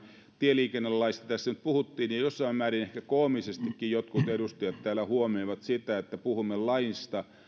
tieliikennelaista tässä nyt puhuttiin ja jossain määrin ehkä koomisestikin jotkut edustajat täällä huomioivat sitä että puhumme laista